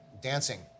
dancing